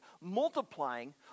multiplying